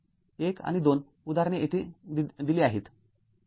१ आणि २ उदाहरणे येथे दिली आहेत